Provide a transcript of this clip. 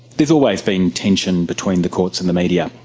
there's always been tension between the courts and the media,